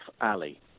alley